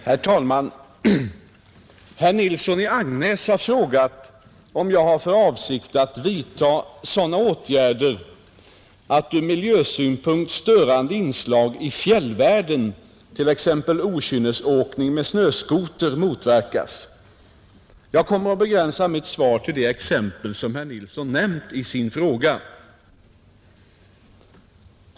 Herr talman! Herr Nilsson i Agnäs har frågat om jag har för avsikt att vidta sådana åtgärder att ur miljösynpunkt störande inslag i fjällvärlden, t.ex. okynnesåkning med snöskoter, motverkas. Jag kommer att begränsa mitt svar till det exempel som herr Nilsson nämnt i sin fråga.